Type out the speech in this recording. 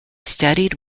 studied